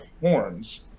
horns